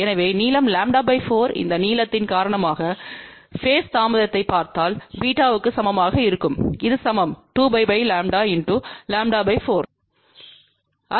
எனவே நீளம்λ 4 இந்த நீளத்தின் காரணமாக பேஸ் தாமதத்தைப் பார்த்தால் β க்கு சமமாக இருக்கும் இது சமம் 2π λ × λ 4